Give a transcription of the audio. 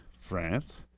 france